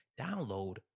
download